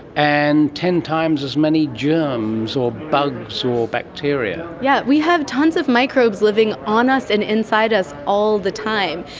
and ten times as many germs or bugs so or bacteria. yes, we have tonnes of microbes living on us and inside us all the time.